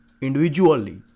individually